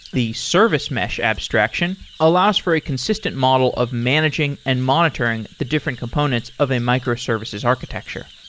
the service mesh abstraction allows for a consistent model of managing and monitoring the different components of a microservices architecture.